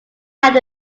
had